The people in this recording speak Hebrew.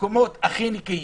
המקומות הכי נקיים,